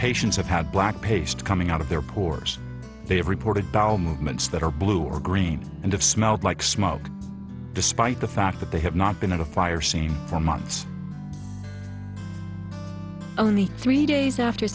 patients have had black paste coming out of their pores they have reported doll movements that are blue or green and have smelled like smoke despite the fact that they have not been in a fire same for months only three days after